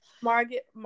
Margaret